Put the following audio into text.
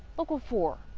local four.